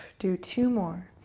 do two more.